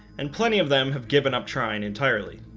and plenty of them have given up trying entirely